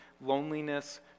loneliness